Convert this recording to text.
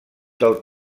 del